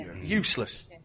Useless